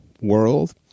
world